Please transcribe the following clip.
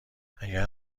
اگه